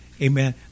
Amen